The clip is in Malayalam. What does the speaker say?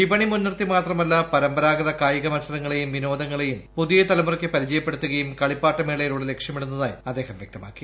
വിപണി മുൻനിർത്തി മാത്രമല്ല പരമ്പരാഗത കായികമത്സരങ്ങളെയും വിനോദങ്ങളെയും പുതിയ തലമുറയ്ക്ക് പരിചയപ്പെടുത്തുകയും കളിപ്പാട്ട മേളയിലൂടെ ലക്ഷ്യമിടുന്നതായി അദ്ദേഹം വൃക്തമാക്കി